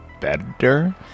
better